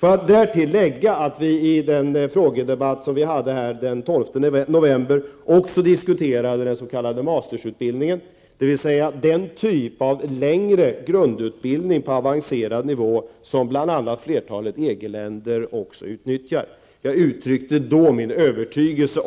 Jag vill därtill lägga att vi i den frågedebatt som hölls den 12 november också diskuterade den s.k. EG-länder också utnyttjar. Jag uttryckte då min övertygelse